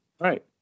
Right